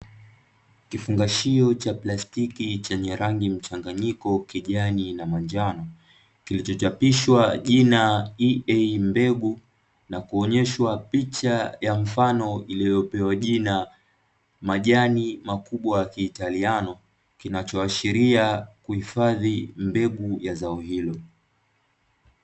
Kifungashio cha plastiki chenye rangi mchanganyiko kijani na manjano, kilichochapishwa jina "EA mbegu", nakuonyeshwa picha ya mfano iliyopewa jina "majani makubwa ya kiitaliano"; kinachoashiria kuhifadhi mbegu ya zao hilo.